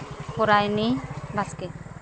ᱯᱚᱨᱟᱭᱱᱤ ᱵᱟᱥᱠᱮ